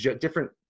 different